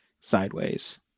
sideways